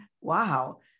wow